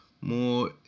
more